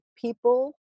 people